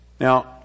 Now